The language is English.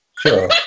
Sure